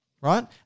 right